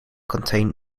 contain